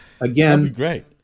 Again